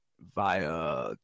via